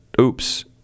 Oops